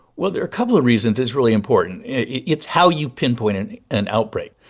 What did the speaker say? well, there are a couple of reasons it's really important. it's how you pinpoint and an outbreak.